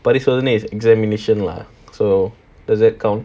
பொய் சொல்லி:poi solli is examination lah so does it count